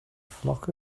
flock